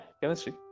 chemistry